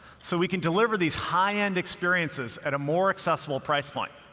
so we can deliver these high-end experiences at a more accessible price point.